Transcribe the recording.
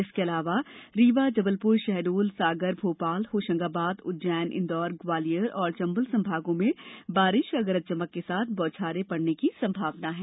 इसके अलावा रीवा जबलपुर शहडोल सागर भोपाल होशंगाबाद उज्जैन इंदौर ग्वालियर और चंबल संभागों में बारिश या गरज चमक के साथ बौछारें पड़ने की संभावना है